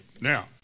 Now